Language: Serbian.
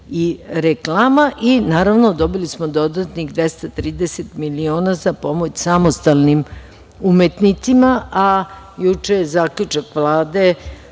i reklama. Naravno, dobili smo dodatnih 230 miliona pomoć samostalnim umetnicima, a juče je Zaključak Vlade